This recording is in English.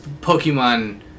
Pokemon